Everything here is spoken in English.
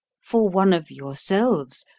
for one of yourselves,